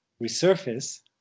resurface